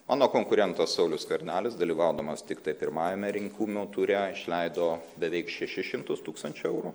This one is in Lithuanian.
mano konkurentas saulius skvernelis dalyvaudamas tiktai pirmajame rinkumių ture išleido beveik šešis šimtus tūkstančių eurų